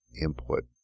input